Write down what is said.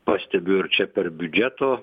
pastebiu ir čia per biudžeto